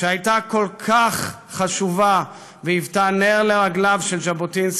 שהייתה כל כך חשובה והיוותה נר לרגליו של ז'בוטינסקי,